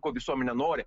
ko visuomenė nori